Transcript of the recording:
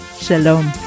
Shalom